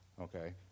okay